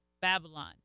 Babylon